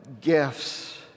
gifts